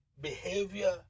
behavior